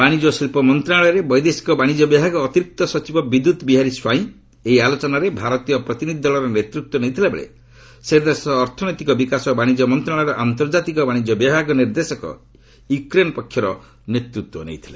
ବାଣିଜ୍ୟ ଓ ଶିଳ୍ପ ମନ୍ତ୍ରଣାଳୟରେ ବୈଦେଶିକ ବାଣିଜ୍ୟ ବିଭାଗ ଅତିରିକ୍ତ ସଚିବ ବିଦ୍ୟୁତ୍ ବିହାରୀ ସ୍ୱାଇଁ ଏହି ଆଲୋଚନାରେ ଭାରତୀୟ ପ୍ରତିନିଧି ଦଳ ନେତୃତ୍ୱ ନେଇଥିବାବେଳେ ସେ ଦେଶର ଅର୍ଥନୈତିକ ବିକାଶ ଓ ବାଶିଜ୍ୟ ମନ୍ତ୍ରଣାଳୟର ଆନ୍ତର୍ଜାତିକ ବାଣିଜ୍ୟ ବିଭାଗ ନିର୍ଦ୍ଦେଶକ ୟୁକ୍ରେନର ନେତୃତ୍ୱ ନେଇଥିଲେ